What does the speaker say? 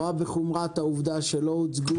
הוועדה רואה בחומרה את העובדה שלא הוצגו